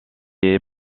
est